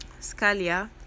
Scalia